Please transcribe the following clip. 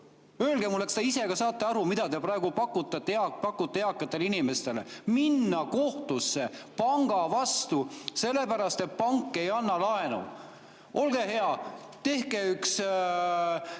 Öelge mulle, kas te ise ka saate aru, mida te praegu pakute eakatele inimestele. Minna kohtusse panga vastu, sellepärast et pank ei anna laenu! Olge hea, tehke üks